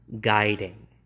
guiding